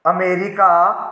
America